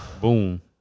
Boom